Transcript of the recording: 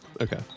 Okay